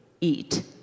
eat